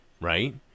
right